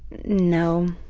no,